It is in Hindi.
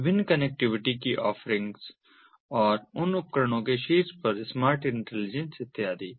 विभिन्न कनेक्टिविटी की ऑफरिंग्स और उन उपकरणों के शीर्ष पर स्मार्ट इंटेलिजेंस इत्यादि